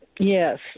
Yes